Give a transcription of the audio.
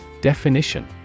Definition